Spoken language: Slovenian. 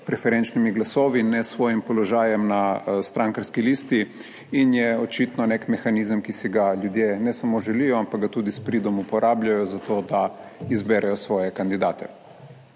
preferenčnimi glasovi ne s svojim položajem na strankarski listi in je očitno nek mehanizem, ki si ga ljudje ne samo želijo, ampak ga tudi s pridom uporabljajo za to, da izberejo svoje kandidate.